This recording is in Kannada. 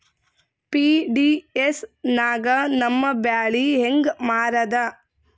ಪಿ.ಡಿ.ಎಸ್ ನಾಗ ನಮ್ಮ ಬ್ಯಾಳಿ ಹೆಂಗ ಮಾರದ?